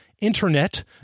Internet